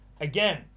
again